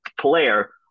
player